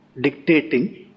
dictating